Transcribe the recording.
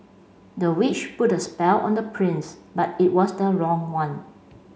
the witch put a spell on the prince but it was the wrong one